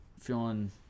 feeling